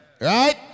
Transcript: Right